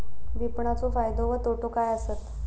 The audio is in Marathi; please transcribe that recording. विपणाचो फायदो व तोटो काय आसत?